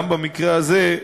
גם במקרה הזה,